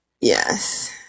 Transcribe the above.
yes